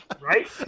Right